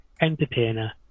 entertainer